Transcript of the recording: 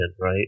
right